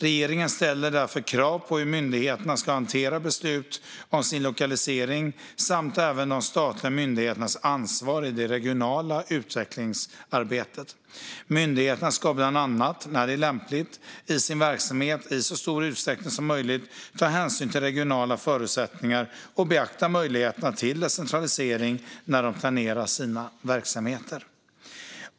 Regeringen ställer därför krav när det gäller hur myndigheterna ska hantera beslut om sin lokalisering samt när det gäller de statliga myndigheternas ansvar i det regionala utvecklingsarbetet. Myndigheterna ska bland annat, när det är lämpligt, i sin verksamhet i så stor utsträckning som möjligt ta hänsyn till regionala förutsättningar och beakta möjligheterna till decentralisering när de planerar sina verksamheter.